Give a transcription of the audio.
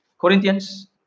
Corinthians